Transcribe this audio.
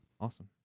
Awesome